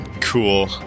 Cool